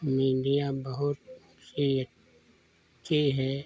media बहुत सी अच्छी है